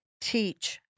teach